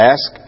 Ask